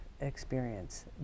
experience